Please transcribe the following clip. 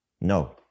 No